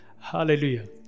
hallelujah